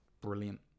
brilliant